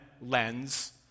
lens